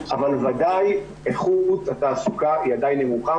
אבל בוודאי איכות התעסוקה עדיין נמוכה,